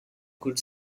could